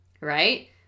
right